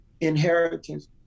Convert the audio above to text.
inheritance